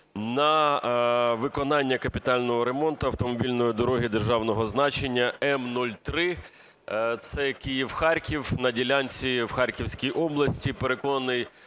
на виконання капітального ремонту автомобільної дороги державного значення М-03, це Київ-Харків, на ділянці в Харківській області. Переконаний,